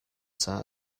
caah